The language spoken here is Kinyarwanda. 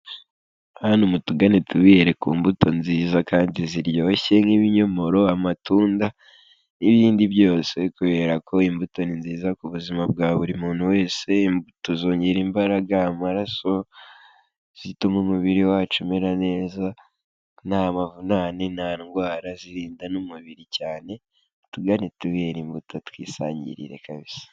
Hano mutugane tubihere ku mbuto nziza kandi ziryoshye nk'ibinyomoro, amatunda n'ibindi byose kubera ko imbuto ni nziza ku buzima bwa buri muntu wese imbuto zongera imbaraga, amaraso, zituma umubiri wacu umera neza nta mavunane nta ndwara zirinda n'umubiri cyane mutugane tubihera imbuto twisangirire kabisa.